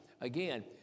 Again